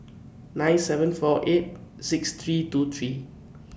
nine seven four eight six three two three